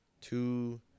two